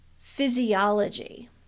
physiology